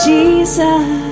Jesus